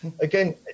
again